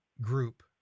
group